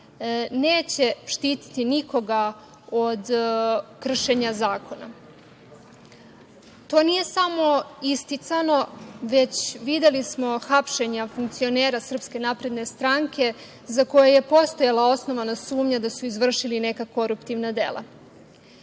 neće štititi nikoga od kršenja zakona. To nije samo isticano, već smo videli hapšenja funkcionera SNS za koje je postojala osnovana sumnja da su izvršili neka koruptivna dela.